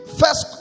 first